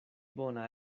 bona